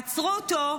עצרו אותו,